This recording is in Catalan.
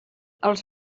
els